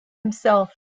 himself